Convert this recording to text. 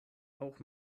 auch